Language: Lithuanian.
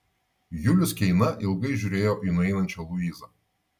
julius keina ilgai žiūrėjo į nueinančią luizą